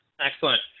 Excellent